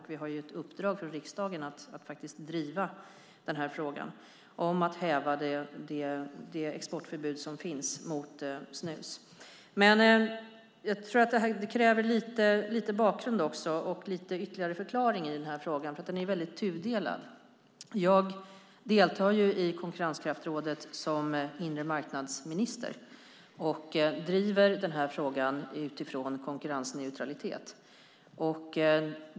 Vi har ett uppdrag från riksdagen att driva frågan för att häva det exportförbud som finns mot snus. Det krävs nog lite bakgrund och ytterligare förklaring i frågan eftersom den är så tudelad. Jag deltar i konkurrenskraftsrådet som minister för inre marknaden och driver frågan utifrån konkurrensneutralitet.